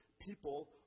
people